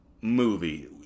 movie